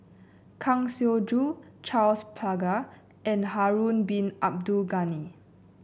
Kang Siong Joo Charles Paglar and Harun Bin Abdul Ghani